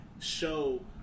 show